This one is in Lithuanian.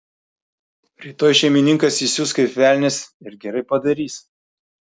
rytoj šeimininkas įsius kaip velnias ir gerai padarys